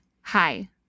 hi